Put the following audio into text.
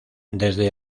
desde